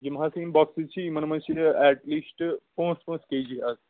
یم ہسا یم بۄکسِز چِھ یِمن منٛز چِھ یہ ایٚٹ لیٖسٹ پانٛژھ پانٛژھ کے جی حظ